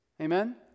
Amen